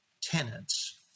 tenants